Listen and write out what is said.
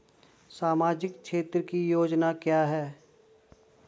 सामाजिक क्षेत्र की योजना क्या है?